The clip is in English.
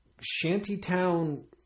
Shantytown